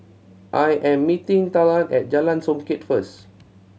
I am meeting Talan at Jalan Songket first